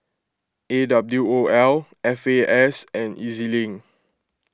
A W O L F A S and E Z Link